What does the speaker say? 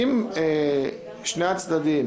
אם שני הצדדים